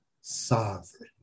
sovereign